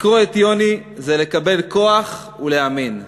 לקרוא את "יוני" זה לקבל כוח ולהאמין.